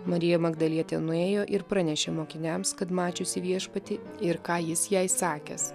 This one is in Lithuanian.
marija magdalietė nuėjo ir pranešė mokiniams kad mačiusi viešpatį ir ką jis jai sakęs